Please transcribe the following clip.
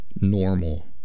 normal